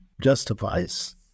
justifies